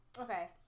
Okay